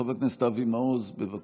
חבר כנסת אבי מעוז, בבקשה.